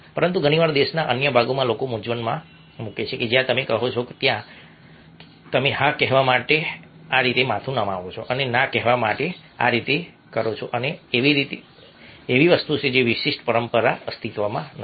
પરંતુ ઘણી વાર દેશના અન્ય ભાગોમાં લોકો મૂંઝવણમાં મૂકે છે કે જ્યાં તમે કહો છો ત્યાં તમે હા કહેવા માટે આ રીતે માથું નમાવો છો અને ના કહેવા માટે આ રીતે કરો છો અને આ એવી વસ્તુ છે જે તે વિશિષ્ટ પરંપરામાં અસ્તિત્વમાં નથી